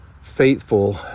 faithful